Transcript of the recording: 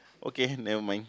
okay never mind